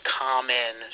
common